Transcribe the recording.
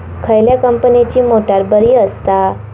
खयल्या कंपनीची मोटार बरी असता?